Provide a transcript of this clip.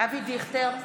אבי דיכטר,